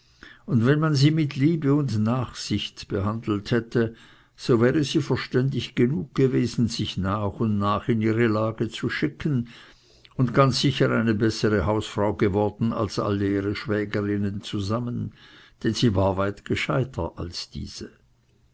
und wenn man sie mit liebe und nachsicht behandelt hätte so wäre sie verständig genug gewesen sich nach und nach in ihre lage zu schicken und ganz sicher eine bessere hausfrau geworden als ihre schwägerinnen alle denn sie war weit gescheiter als diese